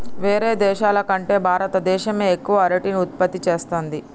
వేరే దేశాల కంటే భారత దేశమే ఎక్కువ అరటిని ఉత్పత్తి చేస్తంది